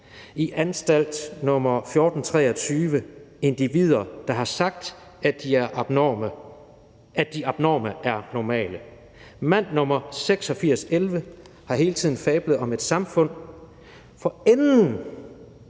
I anstalt nr. 1423 individer der har sagt, at de abnorme er normale / Mand nr. 8611 har hele tiden fablet om et samfund / For enden